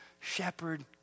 Shepherd